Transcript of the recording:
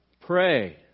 Pray